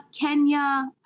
Kenya